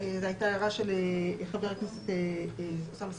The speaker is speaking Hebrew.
הייתה אתמול הערה של חבר הכנסת סעדי.